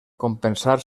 compensar